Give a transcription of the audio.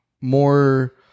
more